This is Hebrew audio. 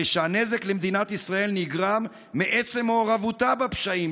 הרי שהנזק למדינת ישראל נגרם מעצם מעורבותה בפשעים,